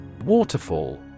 Waterfall